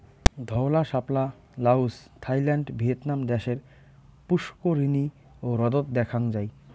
ধওলা শাপলা Laos, Thailand, Vietnam দ্যাশের পুস্কুরিনী ও হ্রদত দ্যাখাং যাই